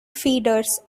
feeders